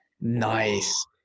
Nice